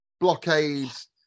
Blockades